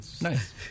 Nice